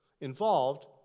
involved